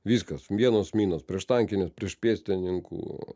viskas vienos minos prieštankinės prieš pėstininkų